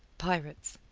pirates